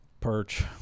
Perch